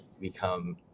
become